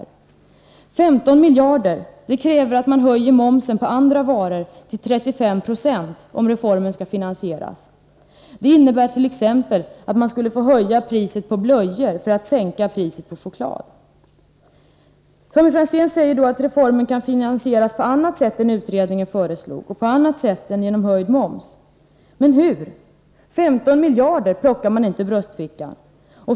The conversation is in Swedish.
Om reformen skall finansieras måste man höja momsen på andra varor till 35 20. Det innebär t.ex. att man skulle bli tvungen att höja priset på blöjor för att kunna sänka priset på choklad. Tommy Franzén säger att reformen kan finansieras på annat sätt än utredningen föreslog och på annat sätt än genom höjd moms på andra varor. Men hur? 15 miljarder plockar man inte ur bröstfickan.